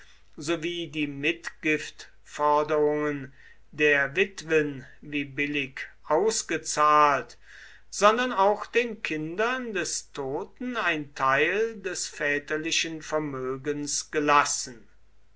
sowie die mitgiftforderungen der witwen wie billig ausgezahlt sondern auch den kindern der toten ein teil des väterlichen vermögens gelassen